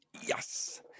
Yes